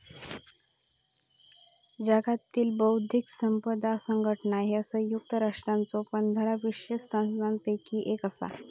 जागतिक बौद्धिक संपदा संघटना ह्या संयुक्त राष्ट्रांच्यो पंधरा विशेष संस्थांपैकी एक असा